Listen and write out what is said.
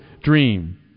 dream